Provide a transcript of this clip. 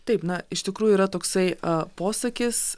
taip na iš tikrųjų yra toksai posakis